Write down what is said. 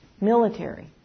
Military